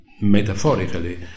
metaphorically